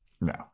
no